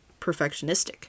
perfectionistic